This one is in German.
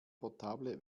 portable